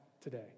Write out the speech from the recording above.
today